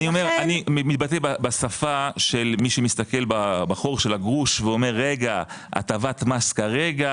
אני מתבטא בשפה של מי שמסתכל בחור של הגרוש ואומר: הטבת מס כרגע,